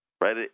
Right